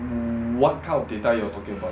wh~ what kind of data you are talking about